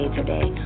today